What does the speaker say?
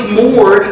more